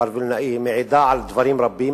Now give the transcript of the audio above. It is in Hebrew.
מר וילנאי, על דברים רבים.